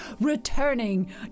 returning